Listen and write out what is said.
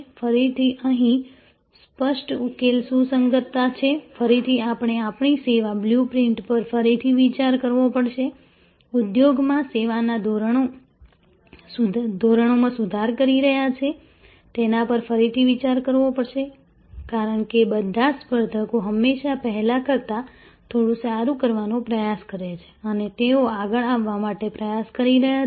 ફરીથી અહીં સ્પષ્ટ ઉકેલ સુસંગતતા છે ફરીથી આપણે આપણી સેવા બ્લુ પ્રિન્ટ પર ફરીથી વિચાર કરવો પડશે ઉદ્યોગમાં સેવાના ધોરણમાં સુધારો કરી રહ્યાં છે તેના પર ફરીથી વિચાર કરવો પડશે કારણ કે બધા સ્પર્ધકો હંમેશા પહેલા કરતાં થોડું સારું કરવાનો પ્રયાસ કરે છે અને તેઓ આગળ આવવા માટે પ્રયાસ કરી રહ્યા છે